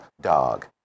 dog